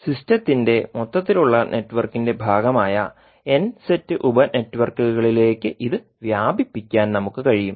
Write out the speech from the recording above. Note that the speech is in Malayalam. സിസ്റ്റത്തിന്റെ മൊത്തത്തിലുള്ള നെറ്റ്വർക്കിന്റെ ഭാഗമായ n സെറ്റ് ഉപ നെറ്റ്വർക്കുകളിലേക്ക് ഇത് വ്യാപിപ്പിക്കാൻ നമുക്ക് കഴിയും